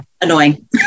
annoying